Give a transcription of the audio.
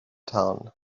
town